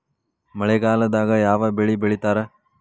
ಮಳೆಗಾಲದಾಗ ಯಾವ ಬೆಳಿ ಬೆಳಿತಾರ?